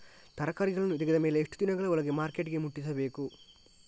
ತರಕಾರಿಗಳನ್ನು ತೆಗೆದ ಮೇಲೆ ಎಷ್ಟು ದಿನಗಳ ಒಳಗೆ ಮಾರ್ಕೆಟಿಗೆ ಮುಟ್ಟಿಸಬೇಕು?